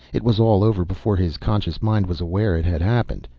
it was all over before his conscious mind was aware it had happened.